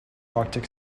arctic